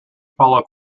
follow